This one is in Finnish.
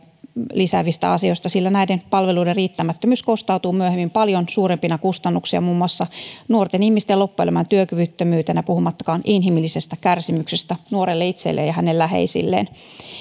lisäävistä asioista sillä näiden palveluiden riittämättömyys kostautuu myöhemmin paljon suurempina kustannuksina muun muassa nuorten ihmisten loppuelämän työkyvyttömyytenä puhumattakaan inhimillisestä kärsimyksestä nuorelle itselleen ja hänen läheisilleen